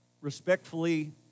respectfully